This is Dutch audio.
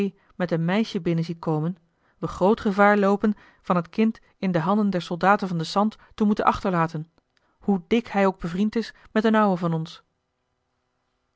met een meisje binnen ziet komen we groot gevaar loopen van het kind in de handen der soldaten van den sant te moeten achterlaten hoe dik hij ook bevriend is met d'n ouwe van ons